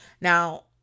Now